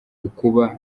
ukuba